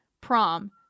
prom